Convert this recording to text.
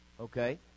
Okay